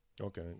Okay